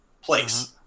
place